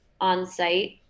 on-site